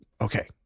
Okay